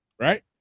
right